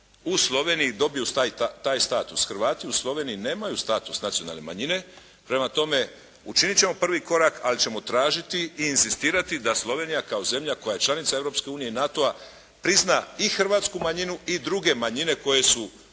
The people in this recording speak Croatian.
u Sloveniji dobiju taj status. Hrvati u Sloveniji nemaju status nacionalne manjine. Prema tome učinit ćemo prvi korak ali ćemo tražiti i inzistirati da Slovenija kao zemlja koja je članica Europske unije i NATO-a prizna i hrvatsku manjinu i druge manjine koje su